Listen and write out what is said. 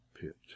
pit